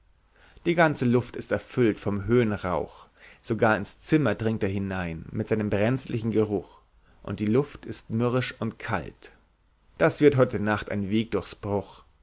die ganze luft ist erfüllt von höhenrauch sogar ins zimmer dringt er herein mit seinem brenzlichen geruch und die luft ist mürrisch und kalt das wird heute nacht ein weg durchs bruch